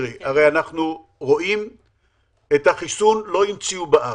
את החיסון לא המציאו בארץ,